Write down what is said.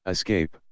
Escape